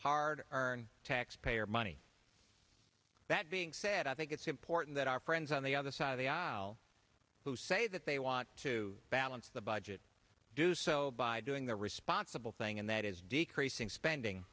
hard earned taxpayer money that being said i think it's important that our friends on the other side of the aisle who say that they want to balance the budget do so by doing the responsible thing and that is decreasing spending